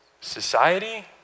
Society